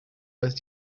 dass